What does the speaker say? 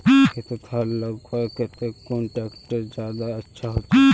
खेतोत हाल लगवार केते कुन ट्रैक्टर ज्यादा अच्छा होचए?